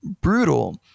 brutal